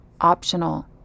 optional